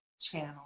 channel